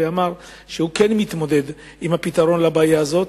והוא אמר שהוא כן מתמודד עם הפתרון לבעיה הזאת,